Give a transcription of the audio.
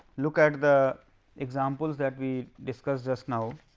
look at the example that we discuss just now.